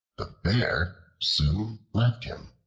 the bear soon left him,